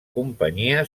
companyia